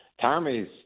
Tommy's